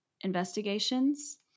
investigations